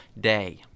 day